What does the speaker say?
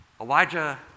Elijah